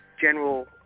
General